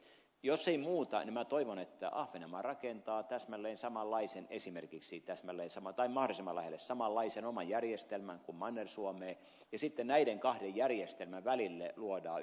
jos ei muuta niin minä toivon että ahvenanmaa esimerkiksi rakentaa täsmälleen tai mahdollisimman lähelle samanlaisen oman järjestelmän kuin manner suomeen rakennetaan ja sitten näiden kahden järjestelmän välille luodaan yhteistyömenettely